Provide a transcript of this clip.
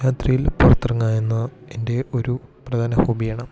രാത്രിയിൽ പുറത്തിറങ്ങുക എന്നത് എൻ്റെ ഒരു പ്രധാന ഹോബിയാണ്